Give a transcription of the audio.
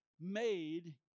made